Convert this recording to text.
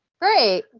Great